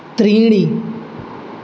त्रीणि